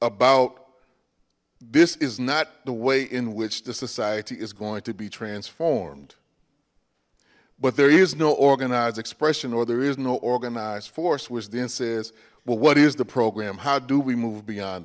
about this is not the way in which the society is going to be transformed but there is no organized expression or there is no organized force which then says well what is the program how do we move beyond